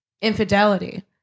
Infidelity